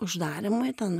uždarymui ten